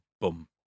boom